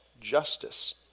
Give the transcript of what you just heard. justice